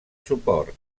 suport